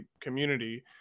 community